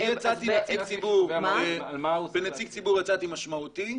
--- אני הצעתי שבנציג ציבור משמעותי,